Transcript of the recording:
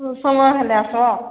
ସମୟ ହେଲେ ଆସିବ